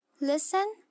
Listen